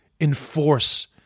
enforce